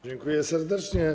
Dziękuję serdecznie.